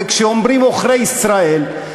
וכשאומרים "עוכרי ישראל"